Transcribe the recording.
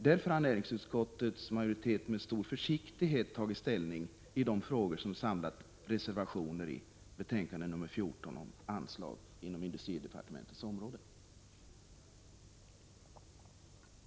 Därför har näringsutskottets majoritet med stor försiktighet tagit ställning i de frågor som samlat reservationer i betänkande 14 om anslag inom industridepartementets område.